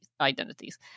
identities